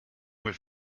with